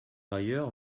ailleurs